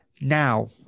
now